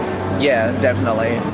yeah, definitely.